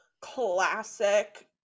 classic